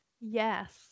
Yes